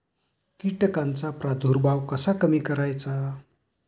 कीटकांचा प्रादुर्भाव कसा कमी करायचा?